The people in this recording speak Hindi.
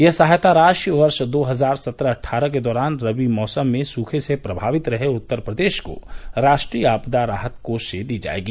यह सहायता राशि वर्ष दो हजार सत्रह अट्ठारह के दौरान रबी मौसम में सूखे से प्रभावित रहे उत्तर प्रदेश को राष्ट्रीय आपदा राहत कोष से दी जाएगी